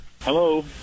Hello